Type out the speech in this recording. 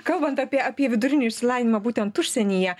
kalbant apie apie vidurinį išsilavinimą būtent užsienyje